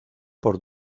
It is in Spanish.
por